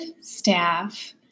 staff